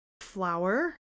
flour